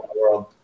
world